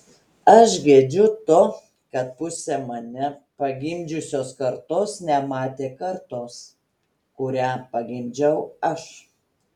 aš gedžiu to kad pusė mane pagimdžiusios kartos nematė kartos kurią pagimdžiau aš